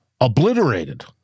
obliterated